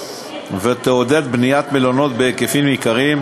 ותעודד בניית מלונות בהיקפים ניכרים,